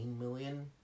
million